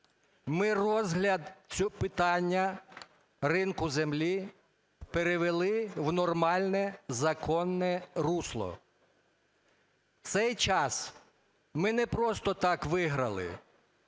Ми розгляд питання ринку землі перевели в нормальне, законне русло. Цей час ми не просто так виграли,